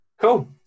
Cool